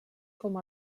com